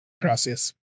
Gracias